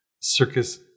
circus